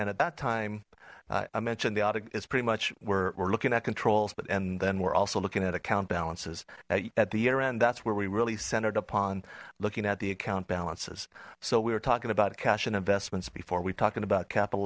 and at that time i mentioned the audit is pretty much where we're looking at controls but and then we're also looking at account balances at the year end that's where we really centered upon looking at the account balances so we were talking about cash and investments before we talking about capital